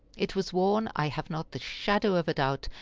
it was worn, i have not the shadow of a doubt,